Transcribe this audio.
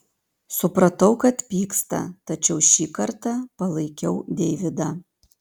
supratau kad pyksta tačiau šį kartą palaikiau deividą